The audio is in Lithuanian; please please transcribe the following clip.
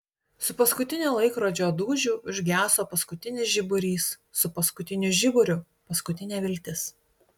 su paskutiniu laikrodžio dūžiu užgeso paskutinis žiburys su paskutiniu žiburiu paskutinė viltis